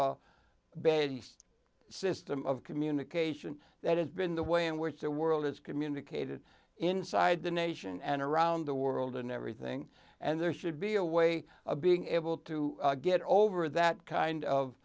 alpha bad system of communication that has been the way in which the world has communicated inside the nation and around the world and everything and there should be a way of being able to get over that kind of